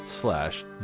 slash